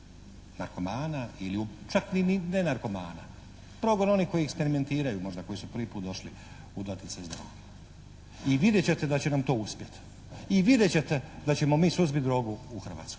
narkomana, ili čak i ne narkomana, progon onih koji eksperimentiraju, možda koji su prvi put došli u doticaj s drogom. I vidjet ćete da će nam to uspjeti. I vidjet ćete da ćemo mi suzbiti drogu u Hrvatskoj.